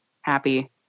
happy